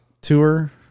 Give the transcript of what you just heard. tour